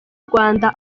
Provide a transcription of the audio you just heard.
rwanda